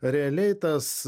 realiai tas